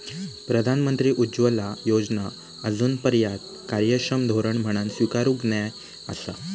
प्रधानमंत्री उज्ज्वला योजना आजूनपर्यात कार्यक्षम धोरण म्हणान स्वीकारूक नाय आसा